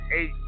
eight